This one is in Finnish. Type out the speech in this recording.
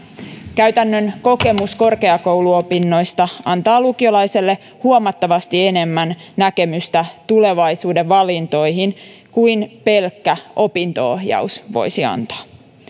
käytännön kokemus korkeakouluopinnoista antaa lukiolaiselle huomattavasti enemmän näkemystä tulevaisuuden valintoihin kuin pelkkä opinto ohjaus voisi antaa